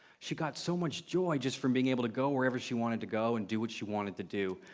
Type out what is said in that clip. she got so much joy just from being able to go wherever she wanted to go and do what she wanted to do.